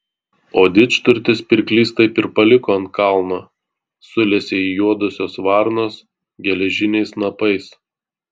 o didžturtis pirklys taip ir paliko ant kalno sulesė jį juodosios varnos geležiniais snapais